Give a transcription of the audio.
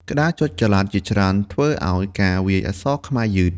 ក្តារចុចចល័តជាច្រើនធ្វើឱ្យការវាយអក្សរខ្មែរយឺត។